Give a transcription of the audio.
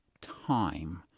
time